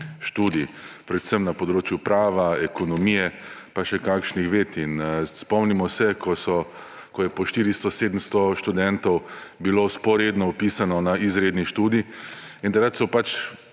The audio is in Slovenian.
študij predvsem na področju prava, ekonomije pa še kakšnih ved. Spomnimo se, ko je po 400, 700 študentov bilo vzporedno vpisano na izredni študij in takrat so